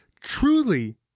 truly